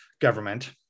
government